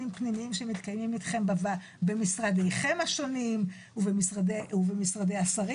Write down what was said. פנימיים שמתקיימים אתכם במשרדיכם השונים ובמשרדי השרים